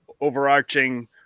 overarching